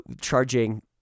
charging